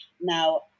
now